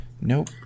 Nope